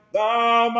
Thou